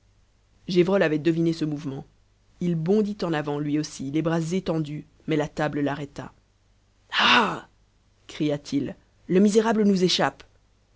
gévrol avait deviné ce mouvement il bondit en avant lui aussi les bras étendus mais la table l'arrêta ah cria-t-il le misérable nous échappe